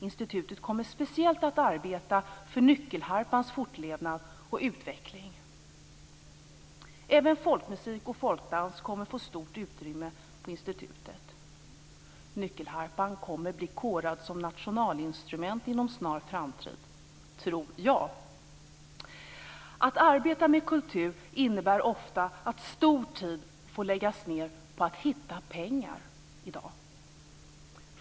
Institutet kommer speciellt att arbeta för nyckelharpans fortlevnad och utveckling. Även folkmusik och folkdans kommer att få stort utrymme på institutet. Nyckelharpan kommer att bli korad som nationalinstrument inom en snar framtid, tror jag. Att arbeta med kultur innebär i dag ofta att man måste lägga ned mycket tid på att hitta pengar.